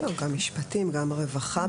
גם משפטים, גם רווחה, הסנגוריה.